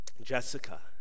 Jessica